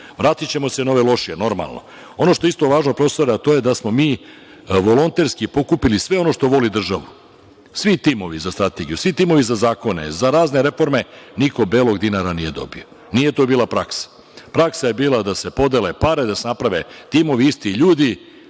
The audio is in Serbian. vratićemo se na ove lošije, normalno. Ono što je isto važno, profesore, a to je da smo mi volonterski pokupili sve ono što voli državu. Svi timove za strategiju, svi timovi za zakone, za razne reforme, niko belog dinara nije dobio. Nije to bila praksa. Praksa je bila da se podele pare, da se naprave timovi, isti ljudi